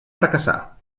fracassar